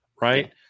Right